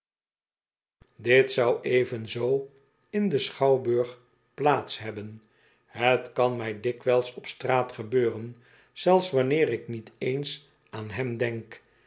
dit zou evenzoo in den schouwburg plaats hebben het kan mij dikwijls op straat gebeuren zelfs wanneer ik niet eens aan hem denk